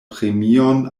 premion